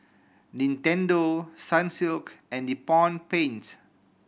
Nintendo Sunsilk and Nippon Paint